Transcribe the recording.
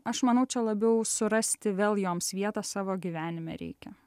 aš manau čia labiau surasti vėl joms vietą savo gyvenime reikia